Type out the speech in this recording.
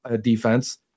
defense